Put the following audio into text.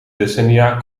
decennia